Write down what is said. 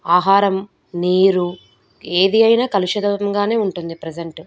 ఆహారం నీరు ఏది అయినా కలుషితంగానే ఉంటుంది ప్రజెంట్